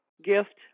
gift